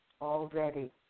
already